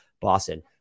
Boston